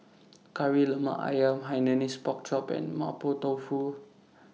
Kari Lemak Ayam Hainanese Pork Chop and Mapo Tofu